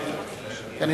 חבר הכנסת נסים זאב,